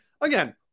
again –